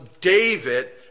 David